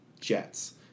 jets